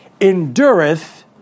endureth